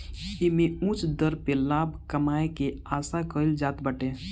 एमे उच्च दर पे लाभ कमाए के आशा कईल जात बाटे